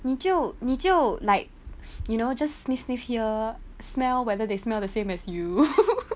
你就你就 like you know just sniff sniff here smell whether they smell the same as you